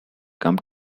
come